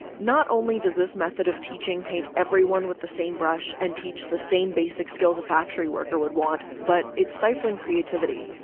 not only does this method of teaching, paint everyone with the same brush and teach the same basic skills a factory worker would want, but it's stifling creativity.